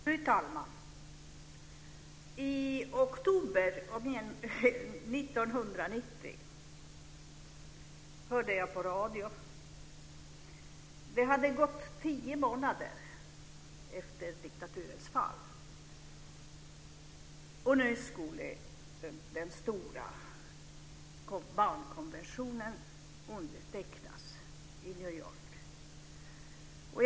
Fru talman! I oktober 1990 hörde jag på radio - det hade gått tio månader efter diktaturens fall - att nu skulle den stora barnkonventionen undertecknas i New York.